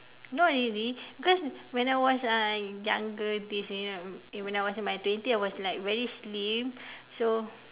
not really because when I was uh younger days you know when I was in my twenties I was like very slim so